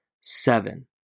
seven